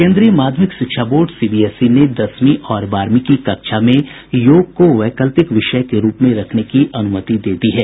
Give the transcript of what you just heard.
केन्द्रीय माध्यमिक शिक्षा बोर्ड सीबीएसई ने दसवीं और बारहवीं की कक्षा में योग को वैकल्पिक विषय के रूप में रखने की अनुमति दे दी है